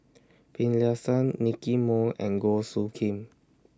Finlayson Nicky Moey and Goh Soo Khim